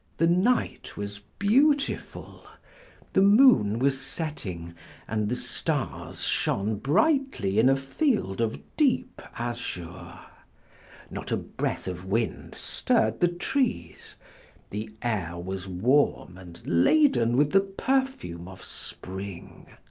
the night was beautiful the moon was setting and the stars shone brightly in a field of deep azure. not a breath of wind stirred the trees the air was warm and laden with the perfume of spring.